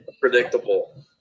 predictable